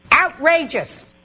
Outrageous